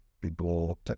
people